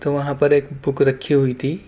تو وہاں پر ایک بک رکھی ہوئی تھی